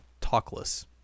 talkless